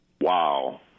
wow